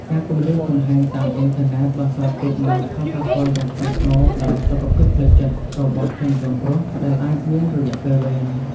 ការគំរាមកំហែងតាមអ៊ីនធឺណិតបន្សល់ទុកនូវផលប៉ះពាល់យ៉ាងធ្ងន់ធ្ងរដល់ សុខភាពផ្លូវចិត្ត របស់ជនរងគ្រោះ ដែលអាចមានរយៈពេលវែង។